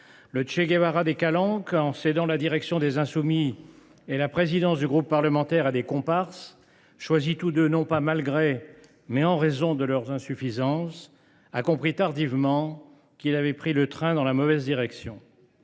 Le Che Guevara des calanques, en cédant la direction des Insoumis et la présidence du groupe parlementaire à des comparses, choisis non pas en dépit, mais en raison de leurs insuffisances, a compris tardivement qu’il avait pris le train dans la mauvaise direction.